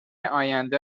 آینده